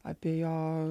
apie jo